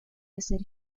hacer